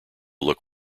look